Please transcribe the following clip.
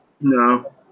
No